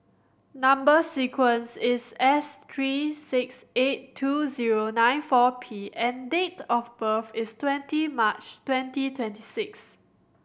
number sequence is S three six eight two zero nine four P and date of birth is twenty March twenty twenty six